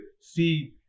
see